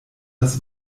das